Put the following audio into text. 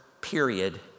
period